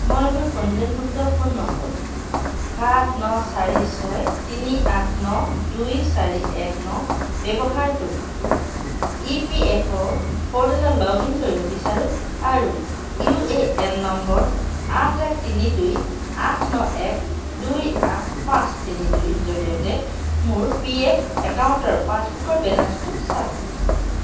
মই মোৰ পঞ্জীয়নভুক্ত ফোন নম্বৰ সাত ন চাৰি ছয় তিনি আঠ ন দুই চাৰি এক ন ব্যৱহাৰ কৰি ই পি এফ অ' প'ৰ্টেলত লগ ইন কৰিব বিচাৰোঁ আৰু ইউ এ এন নম্বৰ আঠ এক তিনি দুই আঠ ন এক দুই আঠ পাঁচ তিনি দুইৰ জৰিয়তে মোৰ পি এফ একাউণ্টৰ পাছবুকৰ বেলেঞ্চটো চাব খোজোঁ